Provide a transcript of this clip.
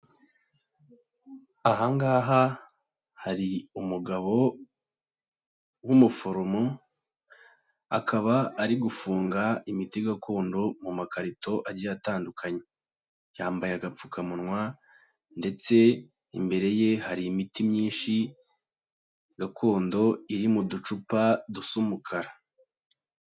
Aha ngaha hari umugabo w'umuforomo, akaba ari gufunga imiti gakondo mu makarito agiye atandukanye, yambaye agapfukamunwa ndetse imbere ye hari imiti myinshi gakondo, iri mu ducupa dusa umukara.